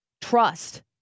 trust